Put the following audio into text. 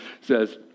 says